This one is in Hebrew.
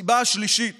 הסיבה השלישית